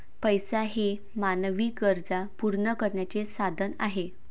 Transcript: पैसा हे मानवी गरजा पूर्ण करण्याचे साधन आहे